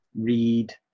read